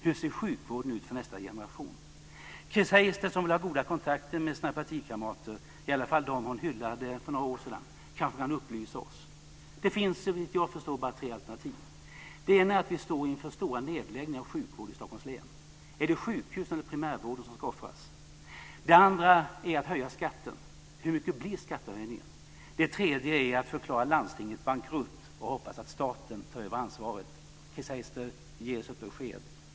Hur ser sjukvården ut för nästa generation? Chris Heister, som väl har goda kontakter med sina partikamrater - i alla fall med dem hon hyllade för några år sedan - kanske kan upplysa oss. Det finns såvitt jag förstår bara tre alternativ. Det ena är att vi står inför stora nedläggningar av sjukvården i Stockholms län. Är det sjukhusen eller primärvården som ska offras? Det andra är att höja skatten. Hur mycket blir skattehöjningen? Det tredje är att förklara landstinget bankrutt och hoppas att staten tar över ansvaret. Chris Heister! Ge oss ett besked.